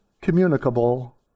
communicable